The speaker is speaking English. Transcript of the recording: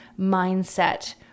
mindset